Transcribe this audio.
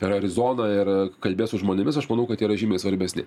per arizoną ir kalbėt su žmonėmis aš manau kad tai yra žymiai svarbesni